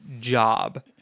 job